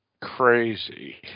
crazy